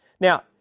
Now